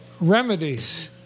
remedies